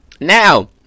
Now